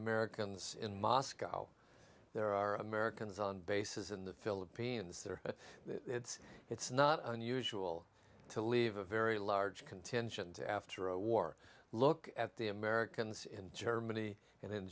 americans in moscow there are americans on bases in the philippines but it's not unusual to leave a very large contingent after a war look at the americans in germany and